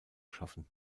schaffen